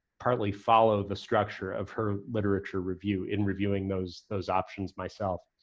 partly follow the structure of her literature review in reviewing those those options myself.